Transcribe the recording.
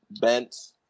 bent